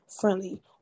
friendly